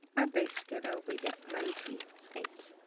add those together, we get ninety eight.